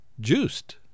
Juiced